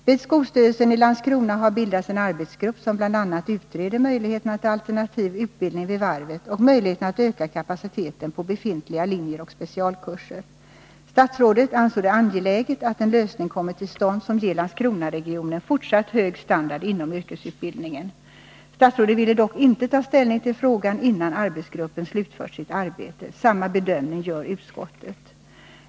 Vid skolstyrelsen i Landskrona har bildats en arbetsgrupp som bl.a. utreder möjligheterna till alternativ utbildning vid varvet och möjligheterna att öka kapaciteten på befintliga linjer och specialkurser. Statsrådet ansåg det angeläget att en lösning kommer till stånd som ger Landskronaregionen fortsatt hög standard inom yrkesutbildningen. Statsrådet ville dock inte ta ställning till frågan innan arbetsgruppen slutfört sitt arbete. Motsvarande bedömning gör utskottet.